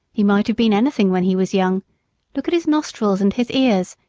he might have been anything when he was young look at his nostrils and his ears,